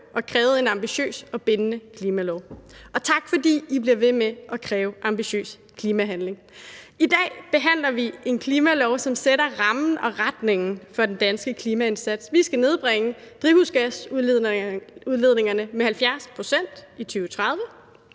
og krævede en ambitiøs og bindende klimalov – og tak, fordi I bliver ved med at kræve ambitiøs klimahandling. I dag behandler vi et forslag til en klimalov, som sætter rammen og retningen for den danske klimaindsats. Vi skal nedbringe drivhusgasudledningerne med 70 pct. i 2030